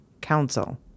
council